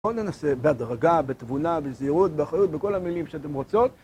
בואו ננסה בהדרגה, בתבונה, בזהירות, באחריות, בכל המילים שאתם רוצות